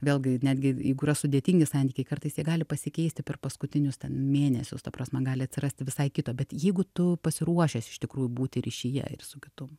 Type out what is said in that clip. vėlgi netgi jeigu yra sudėtingi santykiai kartais jie gali pasikeisti per paskutinius ten mėnesius ta prasme gali atsirasti visai kito bet jeigu tu pasiruošęs iš tikrųjų būti ryšyje ir su kitu